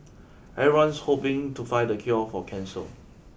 everyone's hoping to find the cure for cancer